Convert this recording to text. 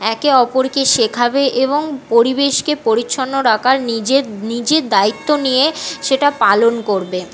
একে ওপরকে শেখাবে এবং পরিবেশকে পরিচ্ছন্ন রাখার নিজের নিজে দায়িত্ব নিয়ে সেটা পালন করবে